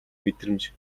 мэдрэмж